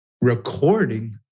recording